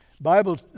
Bible